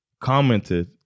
commented